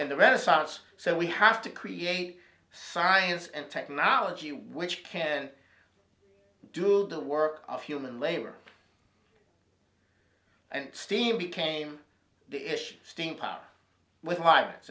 in the renaissance so we have to create science and technology which can do the work of human labor and steam became steam power with